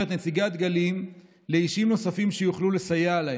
את נציגי הדגלים לאישים נוספים שיוכלו לסייע להם.